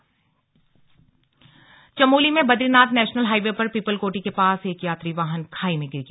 slug Chamoli हादसा चमोली में Badrinath national highway पर पीपलकोटी के पास एक यात्री वाहन खाई में गिर गया